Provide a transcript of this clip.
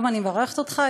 היום אני מברכת אותך,